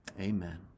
amen